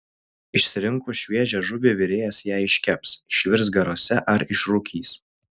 išsirinkus šviežią žuvį virėjas ją iškeps išvirs garuose ar išrūkys